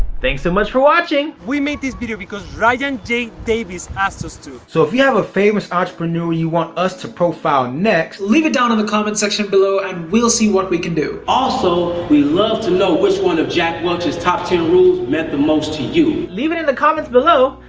thanks so much for watching. we meet these people because ryan j davis asked us to. so if you have a famous entrepreneur you want us to profile next leave it down in the comments section below, and we'll see what we can do. also, we love to know which one of jack welch's top ten rules meant the most to you. leave it in the comments below,